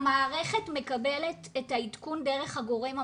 המערכת מקבלת את העדכון דרך הגורם המפנה,